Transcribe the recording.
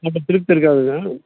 அந்த திருப்தி இருக்காதுங்க